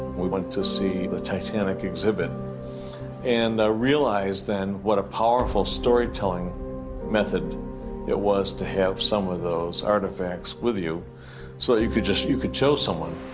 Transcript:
we want to see the titanic exhibit and i realized then what a powerful story time method it was to have some of those artifacts with you so you could just you could show someone